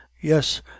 Yes